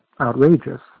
outrageous